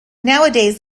nowadays